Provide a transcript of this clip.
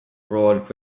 broad